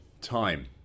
time